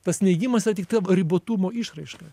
tas neigimas yra tiktai ribotumo išraiška